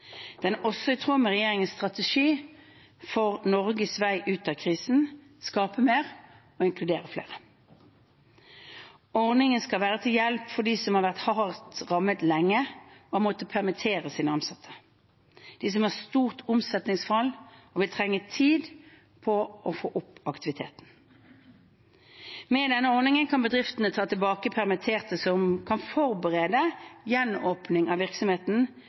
Den er også i tråd med regjeringens strategi for Norges vei ut av krisen – skape mer, inkludere flere. Ordningen skal være til hjelp for dem som har vært hardt rammet lenge og har måttet permittere sine ansatte, de som har stort omsetningsfall og vil trenge tid på å få opp aktiviteten. Med denne ordningen kan bedriftene ta tilbake permitterte som kan forberede gjenåpning av virksomheten,